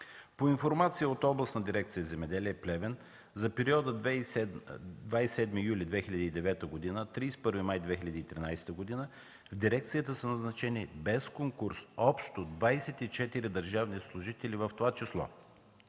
По информация от Областна дирекция „Земеделие” – Плевен, за периода 27 юли 2009 г. – 31 май 2013 г. в дирекцията са назначени без конкурс общо 24 държавни служители, в това число: